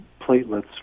platelets